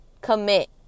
commit